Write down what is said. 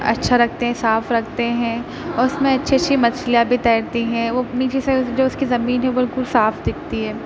اچھا رکھتے ہیں صاف رکھتے ہیں اور اس میں اچھی اچھی مچھلیاں بھی تیرتی ہیں وہ نیچے سے جو اس کی زمین ہے بالکل صاف دکھتی ہے